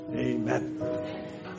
Amen